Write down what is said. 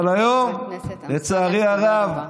אבל היום, חבר הכנסת אמסלם, תודה רבה.